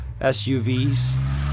SUVs